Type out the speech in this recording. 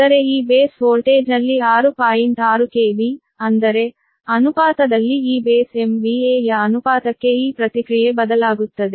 6 KV ಅಂದರೆ ಅನುಪಾತದಲ್ಲಿ ಈ ಬೇಸ್ MVA ಯ ಅನುಪಾತಕ್ಕೆ ಈ ಪ್ರತಿಕ್ರಿಯೆ ಬದಲಾಗುತ್ತದೆ